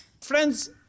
Friends